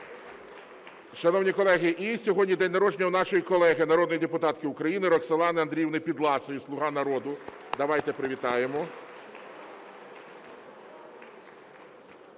Шановні колеги, і сьогодні день народження у нашої колеги, народної депутатки України Роксолани Андріївни Підласої, "Слуга народу". Давайте привітаємо.